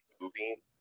movie